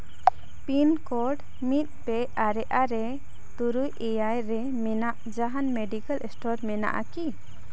pin code ᱢᱤᱫ ᱯᱮ ᱟᱨᱮ ᱟᱨᱮ ᱛᱩᱨᱩᱭ ᱮᱭᱟᱭ ᱨᱮ ᱢᱮᱱᱟᱜ ᱡᱟᱦᱟᱱ ᱢᱮᱰᱤᱠᱮᱞ ᱥᱴᱳᱨ ᱢᱮᱱᱟᱜᱼᱟ ᱠᱤ